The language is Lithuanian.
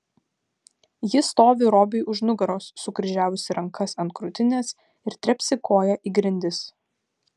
ji stovi robiui už nugaros sukryžiavusi rankas ant krūtinės ir trepsi koja į grindis